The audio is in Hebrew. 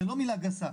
זו לא מילה גסה,